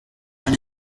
hano